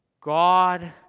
God